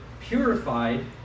purified